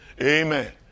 Amen